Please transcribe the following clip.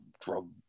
drug